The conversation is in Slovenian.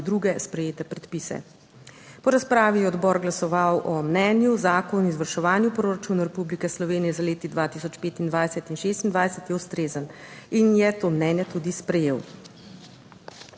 druge sprejete predpise. Po razpravi je odbor glasoval o mnenju: Zakon o izvrševanju proračunov Republike Slovenije za leti 2025 in 2026 je ustrezen in je to mnenje tudi sprejel.